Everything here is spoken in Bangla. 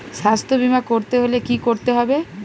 স্বাস্থ্যবীমা করতে হলে কি করতে হবে?